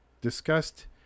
discussed